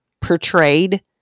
portrayed